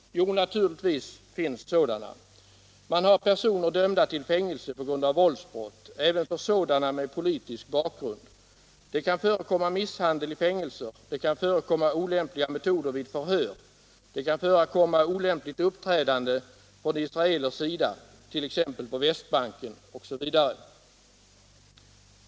Jo, naturligtvis finns sådana! Man har personer dömda till fängelse på grund av våldsbrott — även för sådana med politisk bakgrund. Det kan förekomma misshandel i fängelser. Det kan förekomma olämpliga metoder vid förhör. Det kan förekomma olämpligt uppträdande från israelers sida, t.ex. på västbanken, osv.